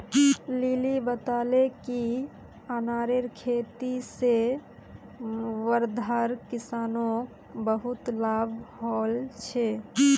lily बताले कि अनारेर खेती से वर्धार किसानोंक बहुत लाभ हल छे